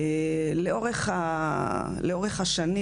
לאורך השנים,